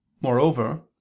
Moreover